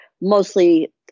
mostly